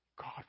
God